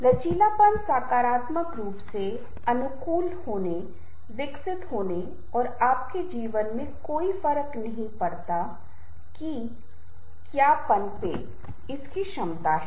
लचीलापन सकारात्मक रूप से अनुकूल होने विकसित होने और आपके जीवन में कोई फर्क नहीं पड़ता कि क्या पनपे इसकी क्षमता है